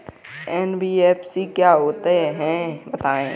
NBFC क्या होता है बताएँ?